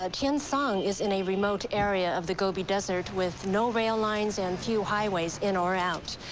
ah tiensang is in a remote area of the gobi desert with no rail lines and few highways in or out.